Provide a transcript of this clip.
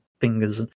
fingers